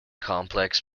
complex